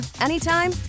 anytime